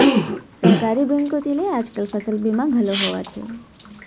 सहकारी बेंक कोती ले आज काल फसल बीमा घलौ होवथे